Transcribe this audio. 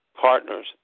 partners